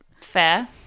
fair